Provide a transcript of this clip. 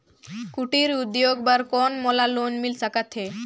कुटीर उद्योग बर कौन मोला लोन मिल सकत हे?